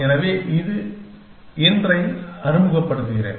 எனவே இன்று இதை அறிமுகப்படுத்துகிறேன்